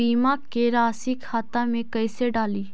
बीमा के रासी खाता में कैसे डाली?